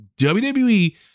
WWE